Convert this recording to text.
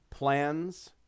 Plans